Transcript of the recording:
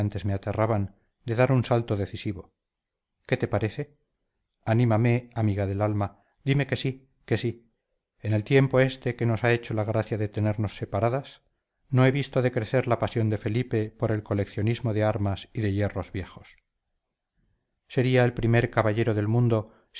me aterraban de dar un salto decisivo qué te parece anímame amiga del alma dime que sí que sí en el tiempo este que nos ha hecho la gracia de tenernos separadas no he visto decrecer la pasión de felipe por el coleccionismo de armas y de hierros viejos sería el primer caballero del mundo